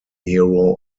hero